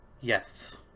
Yes